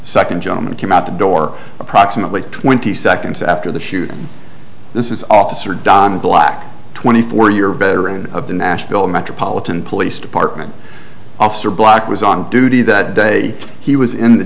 second gentleman came out the door approximately twenty seconds after the shooting this is officer don black twenty four year veteran of the nashville metropolitan police department officer black was on duty that day he was in the